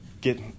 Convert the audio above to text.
get